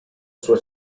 sua